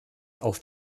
auf